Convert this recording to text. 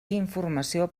informació